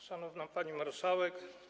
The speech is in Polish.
Szanowna Pani Marszałek!